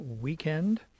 weekend